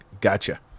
gotcha